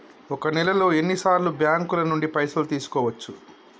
ఒక నెలలో ఎన్ని సార్లు బ్యాంకుల నుండి పైసలు తీసుకోవచ్చు?